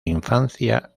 infancia